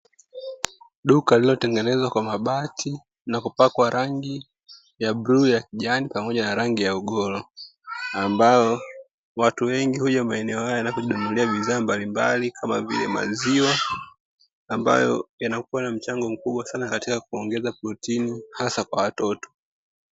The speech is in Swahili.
Duka lililotengenezwa kwa mabati na kupakwa rangi ya bluu, ya kijani pamoja na rangi ya ugoro, ambao watu wengi huja maeneo haya na kujinunulia bidhaa mbalimbali kama vile maziwa ambayo yanakuwa na mchango mkubwa sana katika kuongeza protini hasa kwa watoto.